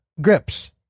grips